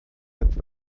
catch